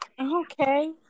Okay